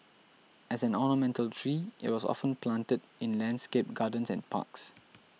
as an ornamental tree it was often planted in landscaped gardens and parks